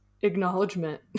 acknowledgement